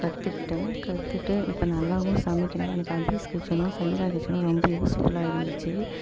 கற்றுக்கிட்டேன் கற்றுட்டு இப்போ நல்லாவும் சமைக்கிறேன் எனக்கு அபீஸ் கிட்சனும் சங்கீதா கிட்சனும் ரொம்ப யூஸ்ஃபுல்லாக இருந்துச்சு